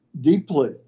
deeply